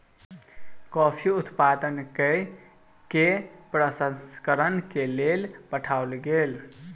coffee उत्पादन कय के प्रसंस्करण के लेल पठाओल गेल